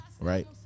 right